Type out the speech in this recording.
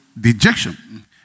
dejection